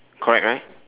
correct right